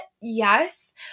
yes